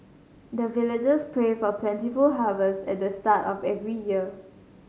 the villagers pray for plentiful harvest at the start of every year